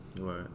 Right